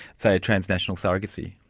say, a transnational surrogacy?